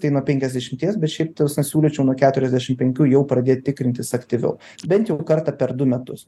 tai nuo penkiasdešimties bet šiaip ta prasme siūlyčiau nuo keturiasdešim penkių jau pradėt tikrintis aktyviau bent jau kartą per du metus